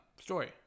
story